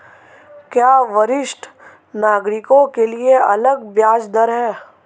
क्या वरिष्ठ नागरिकों के लिए अलग ब्याज दर है?